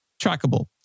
trackable